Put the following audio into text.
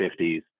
1950s